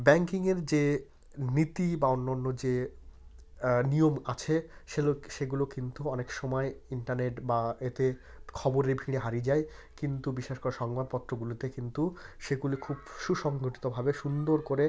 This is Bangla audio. ব্যাংকিংয়ের যে নীতি বা অন্য অন্য যে নিয়ম আছে সেগুলো সেগুলো কিন্তু অনেক সময় ইন্টারনেট বা এতে খবরের ভিড়ে হারিয়ে যায় কিন্তু বিশেষ করে সংবাদপত্রগুলোতে কিন্তু সেগুলি খুব সুসংগঠিতভাবে সুন্দর করে